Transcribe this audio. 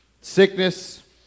Sickness